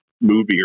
movie